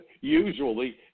Usually